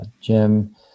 Jim